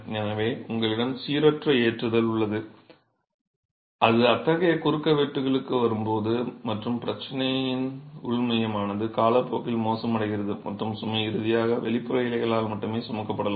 எனவே உங்களிடம் சீரற்ற ஏற்றுதல் உள்ளது அது அத்தகைய குறுக்குவெட்டுகளுக்கு வரும் மற்றும் பிரச்சனையின் உள் மையமானது காலப்போக்கில் மோசமடைகிறது மற்றும் சுமை இறுதியாக வெளிப்புற இலைகளால் மட்டுமே சுமக்கப்படலாம்